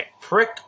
prick